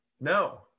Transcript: No